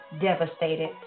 devastated